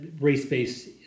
race-based